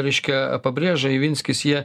reiškia pabrėža ivinskis jie